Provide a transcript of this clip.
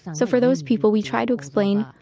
so for those people, we try to explain,